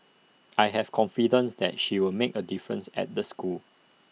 I have confidence that she'll make A difference at the school